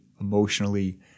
emotionally